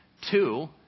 Two